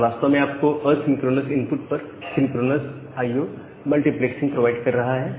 यह वास्तव में आपको असिंक्रोनस इनपुट पर synchronous IO IO multiplexing provide कर रहा है